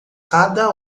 cada